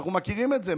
אנחנו מכירים את זה.